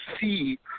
see